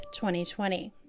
2020